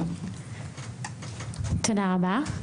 תודה רבה.